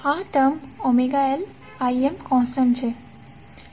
આ term ωLIm constant છે